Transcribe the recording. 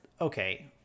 okay